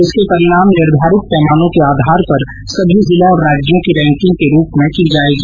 इसके परिणाम निर्धारित पैमानों के आधार पर सभी जिलों और राज्यों की रैकिंग के रूप में की जायेगी